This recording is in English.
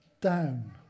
down